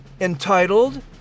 entitled